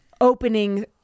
opening